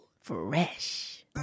Fresh